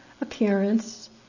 appearance